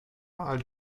are